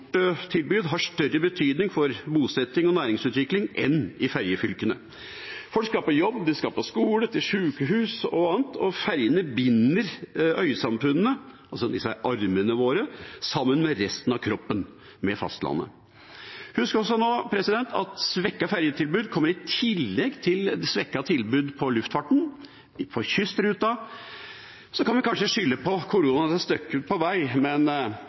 har større betydning for bosetting og næringsutvikling enn i ferjefylkene. Folk skal på jobb, de skal på skole, til sykehus og annet, og ferjene binder øysamfunnene – armene våre – sammen med resten av kroppen, det vil si fastlandet. Husk også på at svekket ferjetilbud kommer i tillegg til svekket tilbud i luftfarten og for kystruta. Så kan vi kanskje skylde på korona et stykke på vei, men